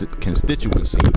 constituency